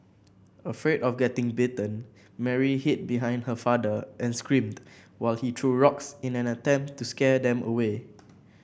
afraid of getting bitten Mary hid behind her father and screamed while he threw rocks in an attempt to scare them away